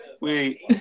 Wait